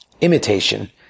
imitation